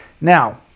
Now